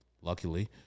luckily